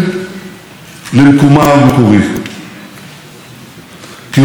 קירות בית הכנסת שוב עומדים זקופים בדיוק כפי שהיו,